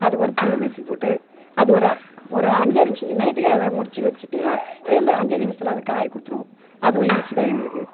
அதுக்கொரு பூண்டு நசிக்கி போட்டு அது ஒரு ஒரு அஞ்சே நிமிடம் நைட்டுக்கே அத முடித்து வெசசுட்டு எழுந்து அஞ்சே நிமிஷத்தில் அதை கிளரி கொடுத்துருவோம் அதுவும் ஈசி தான் எங்களுக்கு